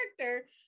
character